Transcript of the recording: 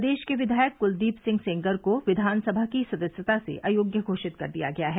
प्रदेश के विधायक कुलदीप सिंह सेंगर को विधानसभा की सदस्यता से अयोग्य घोषित कर दिया गया है